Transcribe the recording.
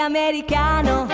Americano